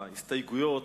הוא הסתייגות